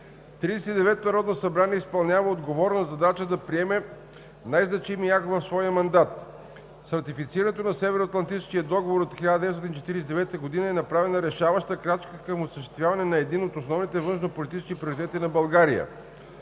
деветото народно събрание изпълнява отговорна задача да приеме най-значимия акт в своя мандат. С ратифицирането на Североатлантическия договор от 1949 г. е направена решаващата крачка към осъществяване на един от основните външнополитически приоритети на България.“